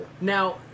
Now